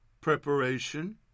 preparation